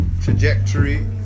Trajectory